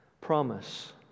promise